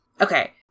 okay